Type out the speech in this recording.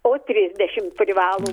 o trisdešim privalo